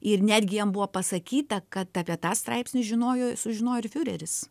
ir netgi jam buvo pasakyta kad apie tą straipsnį žinojo sužinojo ir fiureris